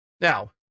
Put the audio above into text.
Now